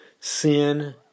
Sin